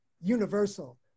universal